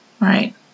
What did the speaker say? Right